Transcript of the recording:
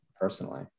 personally